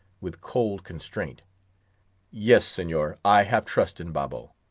with cold constraint yes, senor, i have trust in babo.